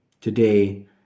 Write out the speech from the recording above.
Today